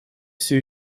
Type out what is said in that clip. все